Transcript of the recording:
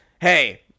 hey